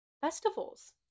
festivals